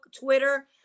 Twitter